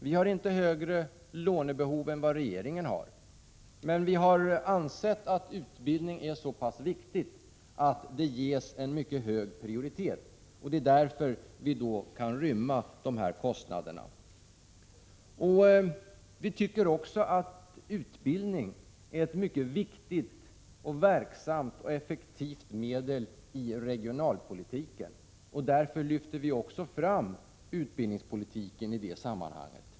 Vi har inte större lånebehov än vad regeringen har, men vi har ansett att utbildning är så pass viktig att den ges en mycket hög prioritet. Det är därför vårt förslag kan rymma dessa kostnader. Vi tycker också att utbildningen är ett mycket viktigt, verksamt och effektivt medel i regionalpolitiken, och därför lyfter vi fram utbildningspolitiken i det sammanhanget.